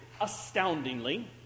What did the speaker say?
astoundingly